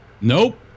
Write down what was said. Nope